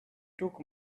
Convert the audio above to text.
took